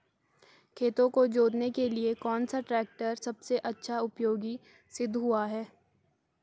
खेतों को जोतने के लिए कौन सा टैक्टर सबसे अच्छा उपयोगी सिद्ध हुआ है?